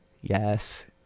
yes